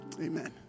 Amen